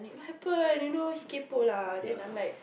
what happen you know he kaypoh lah then I'm like